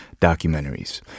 documentaries